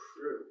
Crew